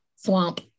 swamp